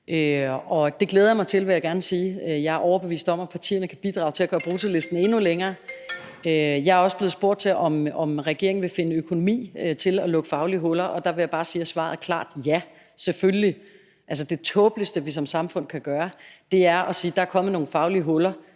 og det glæder jeg mig til, vil jeg gerne sige. Jeg er overbevist om, at partierne kan bidrage til at gøre bruttolisten endnu længere. Jeg er også blevet spurgt til, om regeringen vil finde økonomi til at lukke faglige huller, og der vil jeg bare sige, at svaret klart er: Ja, selvfølgelig. Altså, det tåbeligste, vi som samfund kan gøre, er at sige: Der er kommet nogle faglige huller